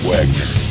Wagner